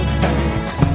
face